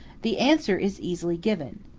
the answer is easily given.